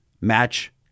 match